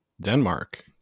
Denmark